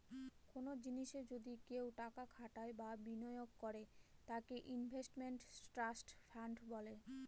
কোনো জিনিসে যদি কেউ টাকা খাটায় বা বিনিয়োগ করে তাকে ইনভেস্টমেন্ট ট্রাস্ট ফান্ড বলে